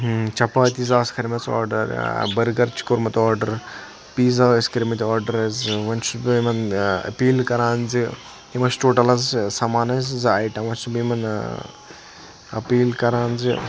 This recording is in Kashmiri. چَپاتیٖز آسہٕ کرمَژٕ آرڈر برگر چھُ کوٚرمُت آرڈر پیٖزا ٲسۍ کٔرمٕتۍ آرڈر وۄنۍ چھُس بہٕ یِمَن اپیٖل کَران زِ یِم ٲسۍ ٹوٹل حظ سَمان حظ زٕ آیٹَم وۄنۍ چھُس بہٕ یِمَن اپیٖل کران زِ